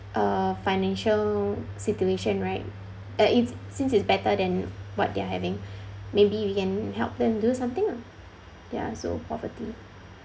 err financial situation right uh it's since it's better than what they're having maybe we can help them to do something lah ya so poverty